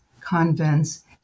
convents